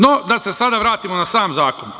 No, da se sada vratimo na sam zakon.